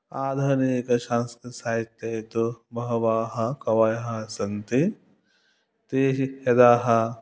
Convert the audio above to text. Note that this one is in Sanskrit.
आधुनिक संस्कृत साहित्ये तु बहवः कवयः सन्ति ते हि यदा